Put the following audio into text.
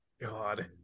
God